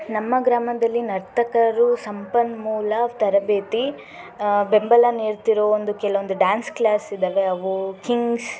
ನಮ್ಮ ಗ್ರಾಮದಲ್ಲಿ ನರ್ತಕರು ಸಂಪನ್ಮೂಲ ತರಬೇತಿ ಬೆಂಬಲ ನೀಡ್ತಿರೋ ಒಂದು ಕೆಲವೊಂದು ಡಾನ್ಸ್ ಕ್ಲಾಸ್ ಇದ್ದಾವೆ ಅವು ಕಿಂಗ್ಸ್